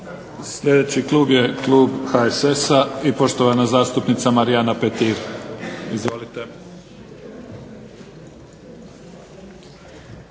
Sljedeći klub je klub HSS-a i poštovana zastupnica Marijana Petir. Izvolite.